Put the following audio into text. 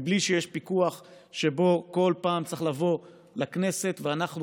בלי שיש פיקוח שבו כל פעם צריך לבוא לכנסת ואנחנו